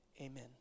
amen